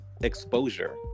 exposure